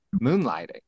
moonlighting